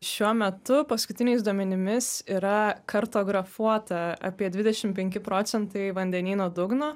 šiuo metu paskutiniais duomenimis yra kartografuota apie dvidešim penki procentai vandenyno dugno